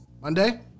Monday